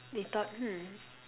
they thought hmm